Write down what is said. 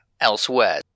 elsewhere